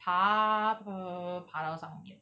爬爬爬爬爬爬爬到上面